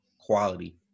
quality